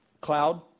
Cloud